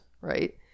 right